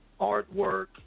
artwork